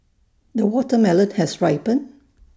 the watermelon has ripened